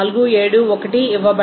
471 ఇవ్వబడింది